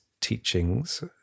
teachings